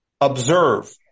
observe